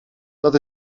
dat